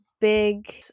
big